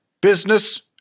business